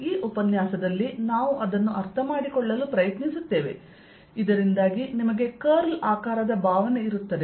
ಈ ಉಪನ್ಯಾಸದಲ್ಲಿ ನಾವು ಅರ್ಥಮಾಡಿಕೊಳ್ಳಲು ಪ್ರಯತ್ನಿಸುತ್ತೇವೆ ಇದರಿಂದಾಗಿ ನಿಮಗೆ ಕರ್ಲ್ ಆಕಾರದ ಭಾವನೆ ಇರುತ್ತದೆ